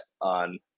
on